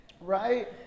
right